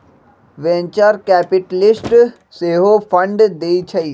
venture capitalist सेहो fund देइ छइ